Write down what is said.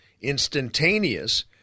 instantaneous